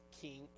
king